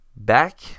back